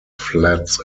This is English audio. flats